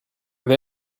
with